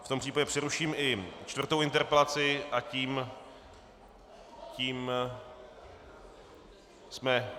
Já v tom případě přeruším i čtvrtou interpelaci a tím jsme...